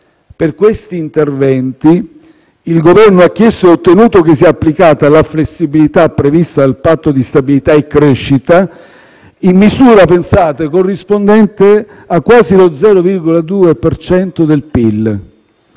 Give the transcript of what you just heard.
Per questi interventi il Governo ha chiesto e ottenuto che sia applicata la flessibilità prevista dal Patto di stabilità e crescita, in misura - pensate - corrispondente a quasi lo 0,2 per